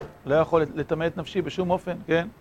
לא יכול לטמא את נפשי בשום אופן, כן?